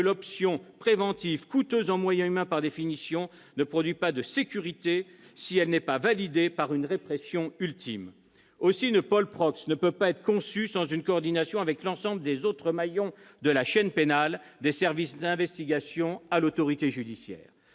l'option préventive, coûteuse en moyens humains par définition, ne produit pas de sécurité si elle n'est validée par une répression ultime ». Aussi, une polprox ne peut pas être conçue sans une coordination avec l'ensemble des autres maillons de la chaîne pénale, des services d'investigation et de l'autorité judiciaire